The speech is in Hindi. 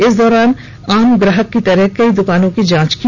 इस दौरान उन्होंने आम ग्राहक की तरह कई दुकानों की जांच की